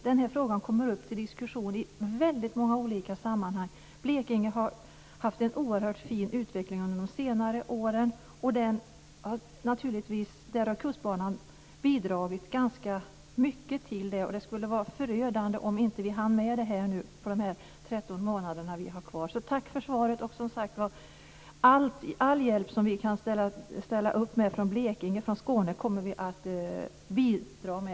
Den här frågan kommer upp till diskussion i väldigt många olika sammanhang. Blekinge har haft en oerhört fin utveckling under senare år, och Kustbanan har naturligtvis bidragit ganska mycket till det. Det skulle vara förödande om vi inte hann med det här på de 13 månader som är kvar. Tack för svaret! All hjälp som vi kan ställa upp med från Blekinge - och jag tror att Marianne Jönsson ställer upp från Skåne - kommer vi att bidra med.